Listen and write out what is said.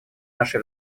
наше